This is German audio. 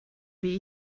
wie